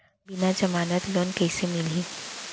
बिना जमानत लोन कइसे मिलही?